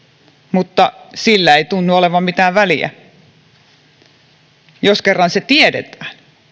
mutta sillä ei tunnu olevan mitään väli jos kerran se tiedetään